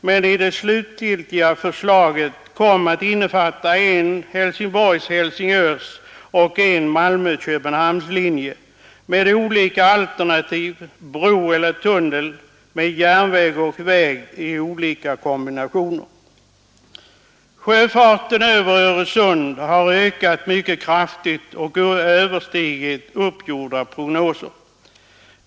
Men det slutliga förslaget kom att innefatta en linje Helsingborg—Helsingör och en linje Malmö—Köpenhamn med olika alternativ: bro eller tunnel, med järnväg och väg i olika kombinationer. Sjöfarten över Öresund har ökat mycket kraftigt och överstigit uppgjorda prognoser.